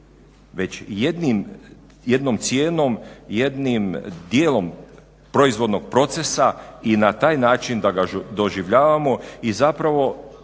već jednom cijenom jednim dijelom proizvodnog procesa i na taj način da ga doživljavamo i osnovni